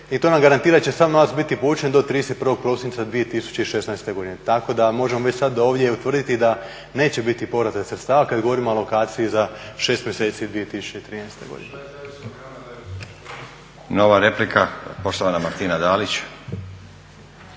i to nam garantira da će sav novac biti povučen do 31. prosinca 2016. godine. Tako da možemo već sad ovdje utvrditi da neće biti povrata sredstava kad govorimo o alokaciji za 6 mjeseci 2013. godine. **Stazić, Nenad (SDP)** Nova replika, poštovana Martina Dalić.